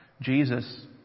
Jesus